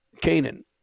Canaan